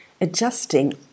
adjusting